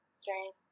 strange